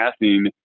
passing